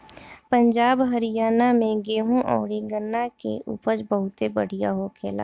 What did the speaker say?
पंजाब, हरियाणा में गेंहू अउरी गन्ना के उपज बहुते बढ़िया होखेला